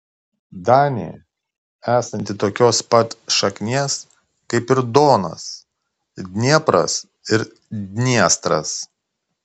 danė esanti tokios pat šaknies kaip ir donas dniepras ir dniestras